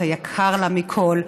את היקר לה מכול,